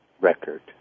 record